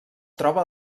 troba